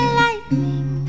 lightning